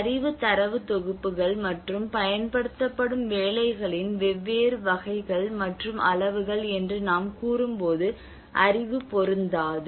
அறிவு தரவுத் தொகுப்புகள் மற்றும் பயன்படுத்தப்படும் வேலைகளின் வெவ்வேறு வகைகள் மற்றும் அளவுகள் என்று நாம் கூறும்போது அறிவு பொருந்தாது